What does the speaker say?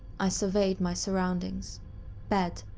i surveyed my surroundings bed,